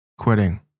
quitting